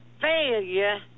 failure